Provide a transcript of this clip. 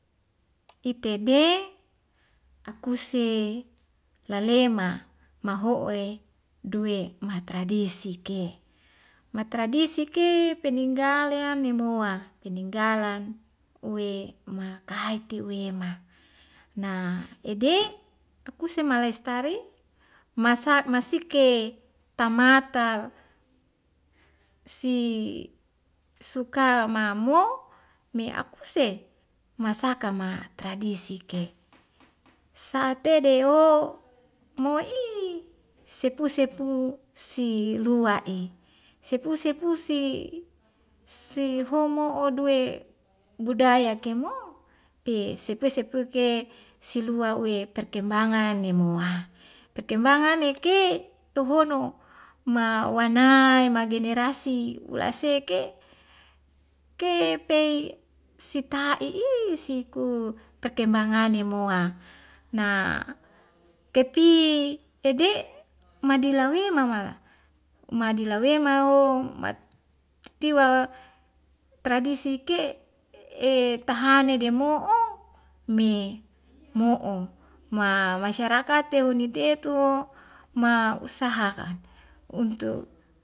Itede akuse lalema mahoe duwe matradisike, matradirike peninggaleane moa peninggalan ume makai tiwema akuse malestari masa masike tamata si suka mamo me akuse masaka ma tradisike satedeho mo`i sepu sepu si lua'i sepu sepu si si homo odue budaya kemo pe sepe sepeke silua le perkembangan nemoa, perkembanganeke tohono ma wanai ma generasi ulaseke ke pei si tai'i si pu pekerbangane moa na kepi ede madila wemama, madila wema'o maatitiwa tradisike tahane demo'o me mo'o ma masarakate hini tetu ma usaha untuk.